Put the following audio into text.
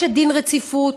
יש דין רציפות.